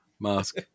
Mask